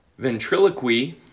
Ventriloquy